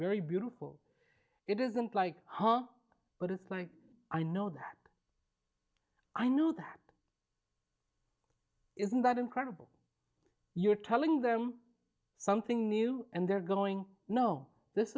very beautiful it isn't like ha but it's like i know i know that isn't that incredible you're telling them something new and they're going no this